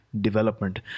Development